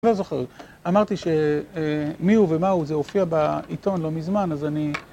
אני לא זוכר, אמרתי שמיהו ומהו זה הופיע בעיתון לא מזמן אז אני...